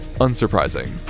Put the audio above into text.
unsurprising